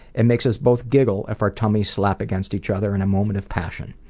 it makes us both niggle if our tummies slap against each other in a moment of passion.